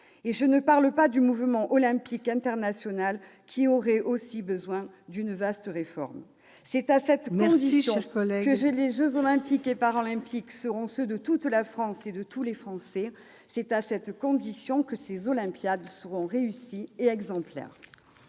Et je ne parle pas du mouvement olympique international, qui aurait aussi besoin d'une vaste réforme. Il faut conclure, ma chère collègue. C'est à cette condition que les jeux Olympiques et Paralympiques seront ceux de toute la France et de tous les Français. C'est à cette condition que ces olympiades seront réussies et exemplaires.